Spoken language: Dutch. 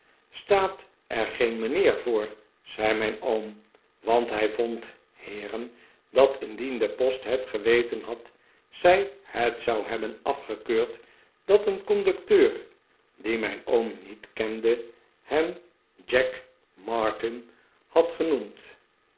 staat er geen mijnheer voor zei mijn oom want hij vond heeren dat indien de post het geweten had zij het zou hebben afgekeurd dat een conducteur dien mijn oom niet kende hem jack martin had genoemd